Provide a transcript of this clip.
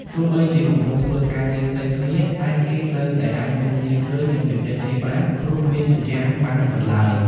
ទោះបីជាកំពុងធ្វើការងារផ្សេងគ្នា តែគេនៅតែអាចមើលគ្នាឃើញ និងជជែកគ្នាបាន ព្រោះគ្មានជញ្ជាំងបាំងបិទឡើយ។